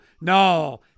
No